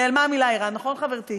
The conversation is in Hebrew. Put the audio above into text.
נעלמה המילה איראן, נכון, חברתי?